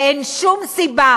ואין שום סיבה